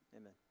Amen